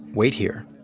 wait here.